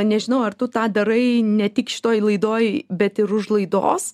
nežinau ar tu tą darai ne tik šitoj laidoj bet ir už laidos